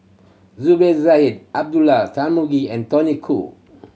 Zubir Said Abdullah Tarmugi and Tony Khoo